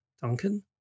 Duncan